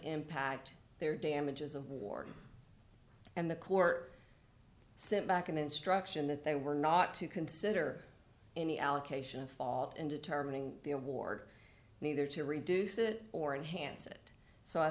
impact their damages of war and the court sent back an instruction that they were not to consider any allocation of fault in determining the award neither to reduce it or enhance it so i